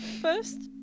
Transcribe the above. first